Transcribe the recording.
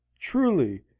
truly